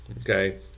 okay